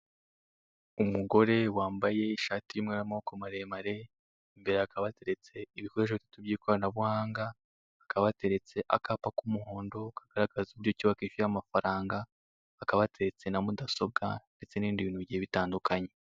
Umugore wambaye ishati y'umweru y'amaboko maremare, imbere hakaba hateretse ibikoresho bitatu by'ikoranabuhanga, hakaba hateretse akapa k'umuhondo kagaragaza uburyo ki wakwishyura amafaranga, hakaba hateretse na mudasobwa ndetse n'ibindi bintu bigiye bitandukanye.